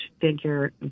figure